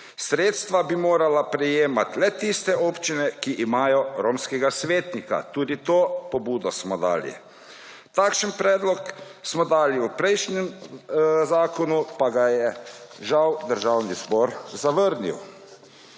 Sredstva bi morala prejemati le tiste občine, ki imajo romskega svetnika. Tudi to pobudo smo dali. Takšen predlog smo dali v prejšnjem zakonu, pa ga je žal Državni zbor zavrnil.